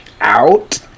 out